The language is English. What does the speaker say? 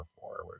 forward